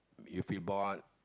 you feel bored